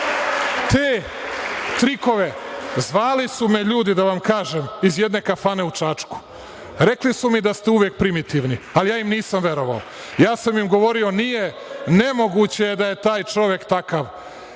to dozvoliti. Zvali su me ljudi iz jedne kafane u Čačku, rekli su mi da ste uvek primitivni, a ja im nisam verovao. Ja sam im govorio – nije, nemoguće je da je taj čovek takav.